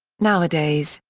nowadays,